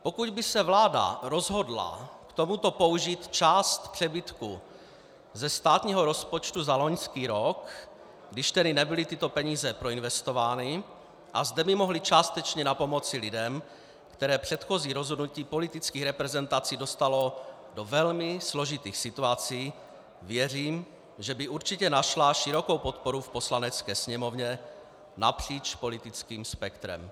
Pokud by se vláda rozhodla k tomuto použít část přebytku ze státního rozpočtu za loňský rok, když tedy nebyly tyto peníze proinvestovány, a zde by mohly částečně napomoci lidem, které předchozí rozhodnutí politických reprezentací dostalo do velmi složitých situací, věřím, že by určitě našla širokou podporu v Poslanecké sněmovně napříč politickým spektrem.